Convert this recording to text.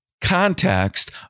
context